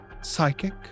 psychic